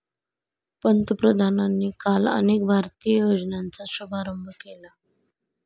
पंतप्रधानांनी काल अनेक भारतीय योजनांचा शुभारंभ केला